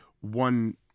one